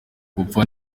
gupfa